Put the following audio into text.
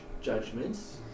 judgments